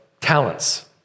talents